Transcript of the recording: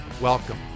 Welcome